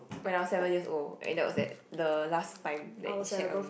when I was seven years old and that was it the last time that he sat on me